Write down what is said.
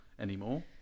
anymore